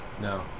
No